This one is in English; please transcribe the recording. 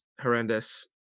horrendous